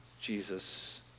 Jesus